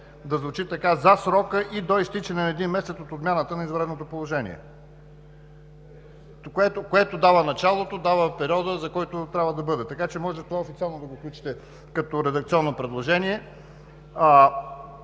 „Реши:“: „За срока и до изтичане на един месец от отмяната на извънредното положение“, което дава началото, дава и периода, за който трябва да бъде. Така че можете това официално да го включите като редакционно предложение.